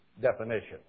definition